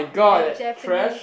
at Japanese